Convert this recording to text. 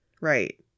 Right